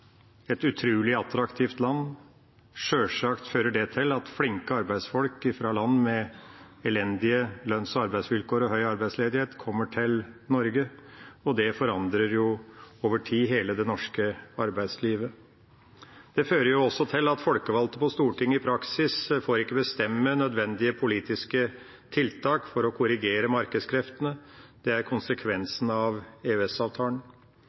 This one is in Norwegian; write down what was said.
et utrolig attraktivt land. Sjølsagt fører det til at flinke arbeidsfolk fra land med elendige lønns- og arbeidsvilkår og høy arbeidsledighet kommer til Norge, og det forandrer jo over tid hele det norske arbeidslivet. Det fører også til at folkevalgte på Stortinget i praksis ikke får bestemme nødvendige politiske tiltak for å korrigere markedskreftene. Det er